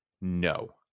No